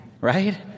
right